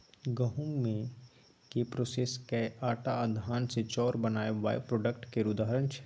गहुँम केँ प्रोसेस कए आँटा आ धान सँ चाउर बनाएब बाइप्रोडक्ट केर उदाहरण छै